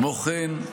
כמו כן,